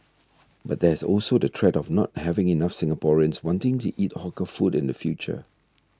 but there's also the threat of not having enough Singaporeans wanting to eat hawker food in the future